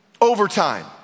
overtime